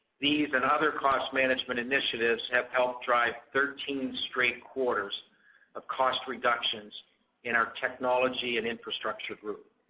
these and other cost management initiatives have helped drive thirteen straight quarters of cost reductions in our technology and infrastructure group.